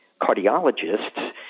cardiologists